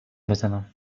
بزنم